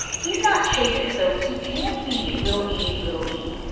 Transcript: he's not shaded so he can't be little e little e.